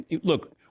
Look